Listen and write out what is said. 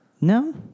No